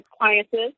appliances